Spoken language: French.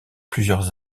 plusieurs